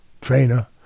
trainer